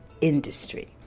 industry